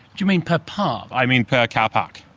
do you mean per park? i mean per car park.